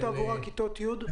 לימודי תעבורה כיתות י'?